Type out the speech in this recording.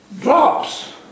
drops